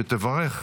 שתברך.